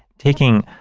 taking